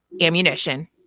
ammunition